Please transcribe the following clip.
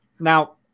Now